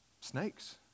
snakes